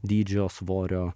dydžio svorio